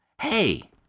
hey